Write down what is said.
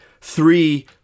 three